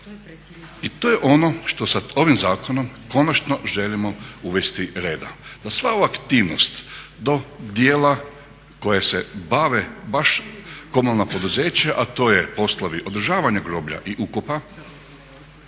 I to je ono što sa ovim zakonom konačno želimo uvesti reda, da sva ova aktivnost do dijela kojim se bave baš komunalna poduzeća, a to je poslovi održavanja groblja i ukopa